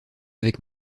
avec